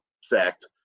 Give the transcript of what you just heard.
sacked